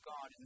God